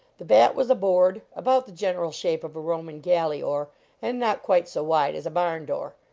the bat was a board, about the general shape of a roman galley oar and not quite so wide as a barn door.